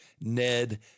Ned